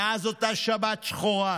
מאז אותה שבת שחורה.